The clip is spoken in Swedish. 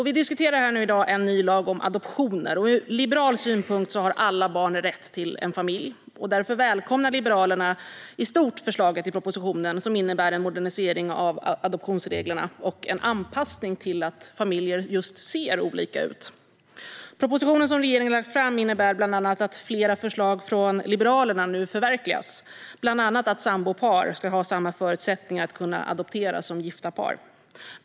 Vi diskuterar här i dag en ny lag om adoptioner. Ur liberal synpunkt har alla barn rätt till en familj. Därför välkomnar Liberalerna i stort förslaget i propositionen, som innebär en modernisering av adoptionsreglerna och en anpassning till att familjer just ser olika ut. Propositionen som regeringen har lagt fram innebär bland annat att flera förslag från Liberalerna nu förverkligas, bland annat att sambopar ska ha samma förutsättningar att kunna adoptera som gifta par.